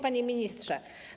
Panie Ministrze!